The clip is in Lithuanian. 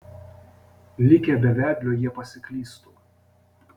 likę be vedlio jie pasiklystų